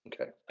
Okay